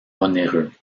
onéreux